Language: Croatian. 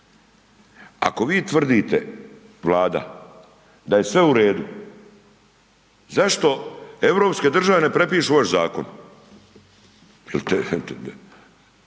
Ako vi tvrdite, Vlada da je sve u redu, zašto europske države ne prepišu vaš zakon?